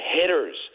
hitters